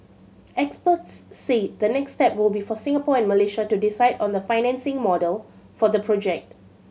experts said the next step will be for Singapore and Malaysia to decide on the financing model for the project